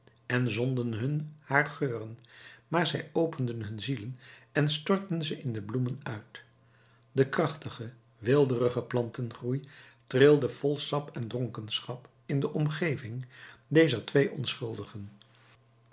en zonden hun haar geuren maar zij openden hun zielen en stortten ze in de bloemen uit de krachtige weelderige plantengroei trilde vol sap en dronkenschap in de omgeving dezer twee onschuldigen